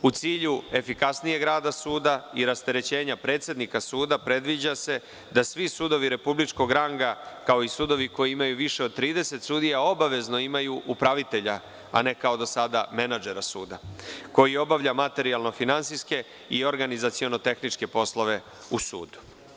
U cilju efikasnijeg rada suda i rasterećenja predsednika suda, predviđa se da svi sudovi republičkog ranga, kao i sudovi koji imaju više od 30 sudija, obavezno imaju upravitelja, a ne kao do sada menadžera suda koji obavlja materijalno finansijske i organizaciono tehničke poslove u sudu.